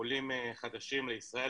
עולים חדשים לישראל,